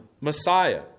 Messiah